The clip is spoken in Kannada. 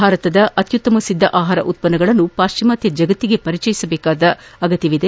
ಭಾರತದ ಅತ್ಯುತ್ತಮ ಸಿದ್ದ ಆಹಾರ ಉತ್ಪನ್ನಗಳನ್ನು ಪಾಶ್ಚಿಮಾತ್ಯ ಜಗತ್ತಿಗೆ ಪರಿಚಯಿಸುವ ಅಗತ್ಯವಿದೆ